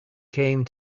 came